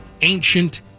ancient